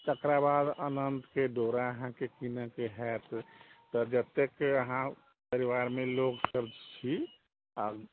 तकर बाद अनन्तके डोरा अहाँके किनैके हैत तऽ जतेक अहाँ परिवारमे लोकसब छी आओर